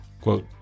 quote